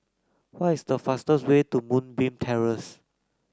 what is the fastest way to Moonbeam Terrace